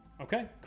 Okay